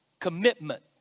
Commitment